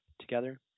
together